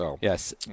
Yes